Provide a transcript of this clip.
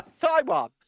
Taiwan